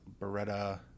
Beretta